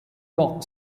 york